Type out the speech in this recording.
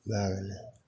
भै गेलै